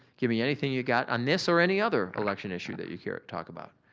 give me anything you got on this or any other election issue that you care to talk about.